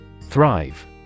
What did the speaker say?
Thrive